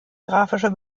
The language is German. grafische